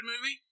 movie